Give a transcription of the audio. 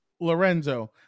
Lorenzo